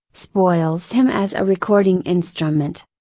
spoils him as a recording instrument.